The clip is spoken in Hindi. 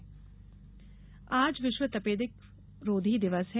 क्षय दिवस आज विश्व तपेदिकरोधी दिवस है